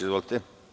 Izvolite.